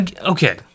Okay